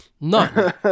none